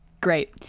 great